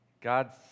God